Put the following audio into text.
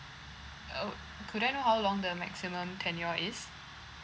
uh could I know how long the maximum tenure is